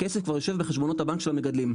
הכסף כבר יושב בחשבונות הבנק של המגדלים.